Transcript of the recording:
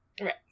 Right